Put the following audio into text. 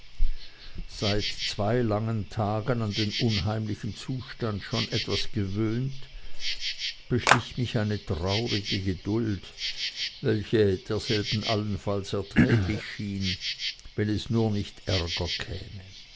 seit zwei langen tagen an den unheimlichen zustand schon etwas gewöhnt beschlich mich eine traurige geduld welcher derselbe allenfalls erträglich schien wenn es nur nicht ärger käme